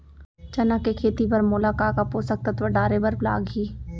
चना के खेती बर मोला का का पोसक तत्व डाले बर लागही?